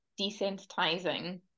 desensitizing